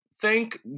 thank